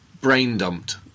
brain-dumped